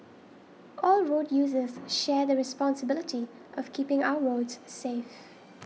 all road users share the responsibility of keeping our roads safe